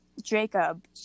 Jacob